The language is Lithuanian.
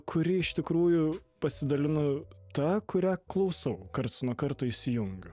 kuri iš tikrųjų pasidalinu ta kurią klausau karts nuo karto įsijungiu